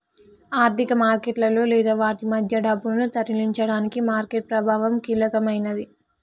ఆర్థిక మార్కెట్లలో లేదా వాటి మధ్య డబ్బును తరలించడానికి మార్కెట్ ప్రభావం కీలకమైనది